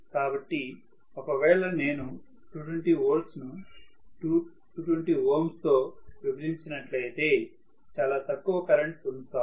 కాబట్టి ఒక వేళ నేను 220 వోల్ట్లను 200 ఓం లతో విభజించినట్లయితే చాలా తక్కువ కరెంట్ పొందుతాను